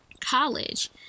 college